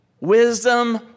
wisdom